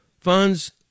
funds